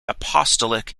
apostolic